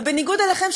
ובניגוד אליכם,